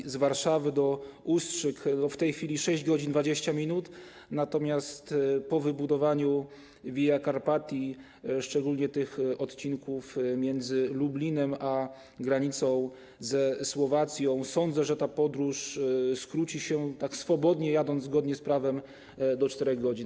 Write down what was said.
Podróż z Warszawy do Ustrzyk to w tej chwili 6 godzin 20 minut, natomiast po wybudowaniu Via Carpatii, szczególnie tych odcinków między Lublinem a granicą ze Słowacją, sądzę, że ta podróż skróci się, przy swobodnej jeździe zgodnie z prawem, do 4 godzin.